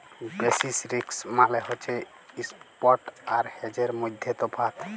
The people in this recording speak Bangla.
বেসিস রিস্ক মালে হছে ইস্প্ট আর হেজের মইধ্যে তফাৎ